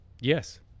Yes